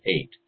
eight